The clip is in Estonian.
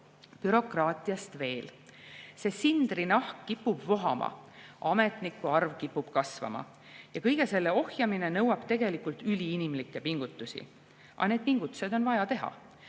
jaoks. Bürokraatiast veel. See sindrinahk kipub vohama, ametnike arv kipub kasvama, ja kõige selle ohjamine nõuab tegelikult üliinimlikke pingutusi. Aga need pingutused on vaja teha.